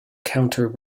counter